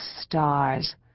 stars